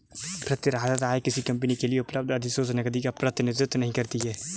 प्रतिधारित आय किसी कंपनी के लिए उपलब्ध अधिशेष नकदी का प्रतिनिधित्व नहीं करती है